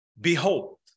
behold